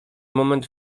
moment